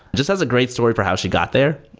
just has a great story for how she got there.